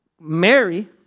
Mary